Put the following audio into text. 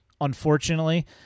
Unfortunately